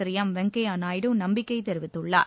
திரு M Venkaiah Naidu நம்பிக்கை தெரிவித்துள்ளார்